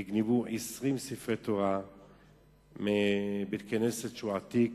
נגנבו 20 ספרי תורה מבית-כנסת עתיק,